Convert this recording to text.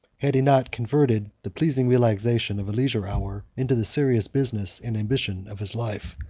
had he not converted the pleasing relaxation of a leisure hour into the serious business and ambition of his life.